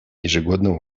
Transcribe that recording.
ежегодного